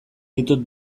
ditut